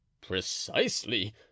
Precisely